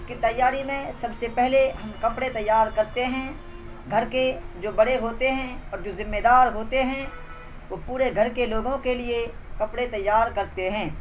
اس کی تیاری میں سب سے پہلے ہم کپڑے تیار کرتے ہیں گھر کے جو بڑے ہوتے ہیں اور جو ذمےدار ہوتے ہیں وہ پورے گھر کے لوگوں کے لیے کپڑے تیار کرتے ہیں